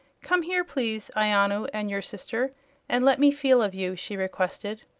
come here, please ianu and your sister and let me feel of you, she requested.